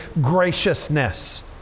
graciousness